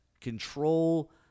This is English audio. control